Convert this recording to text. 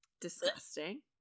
disgusting